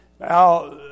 Now